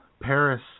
Paris